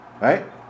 right